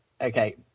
Okay